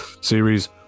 series